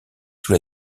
sous